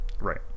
Right